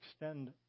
extend